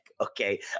okay